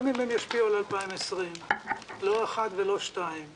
גם אם הם ישפיעו על 2020, לא אחד ולא שניים.